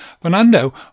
Fernando